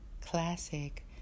classic